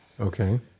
Okay